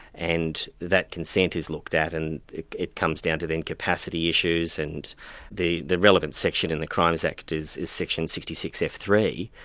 and that consent is looked at, and it comes down to then capacity issues and the the relevant section in the crimes act is is section sixty six f three,